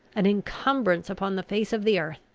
an incumbrance upon the face of the earth!